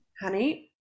honey